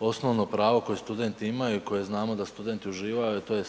osnovno pravo koje studenti imaju i koje znamo da studenti uživaju, tj.